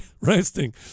resting